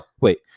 Wait